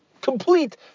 complete